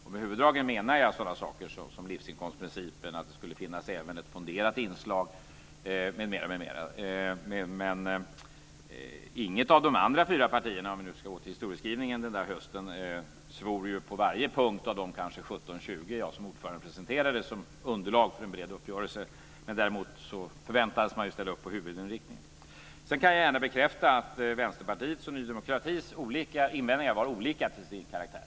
Med "huvuddragen" menar jag sådana saker som livsinkomstprincipen, att det skulle finnas ett fonderat inslag m.m. För att återgå till historieskrivningen vill jag säga att inget av de andra fyra partierna den där hösten svor på var och en av de kanske 17-20 punkter som ordföranden presenterade som underlag för en bred uppgörelse. Däremot förväntades man ställa sig bakom huvudinriktningen. Jag kan vidare gärna bekräfta att Vänsterpartiets och Ny demokratis invändningar var olika till sin karaktär.